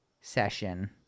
session